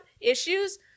issues